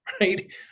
right